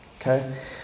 Okay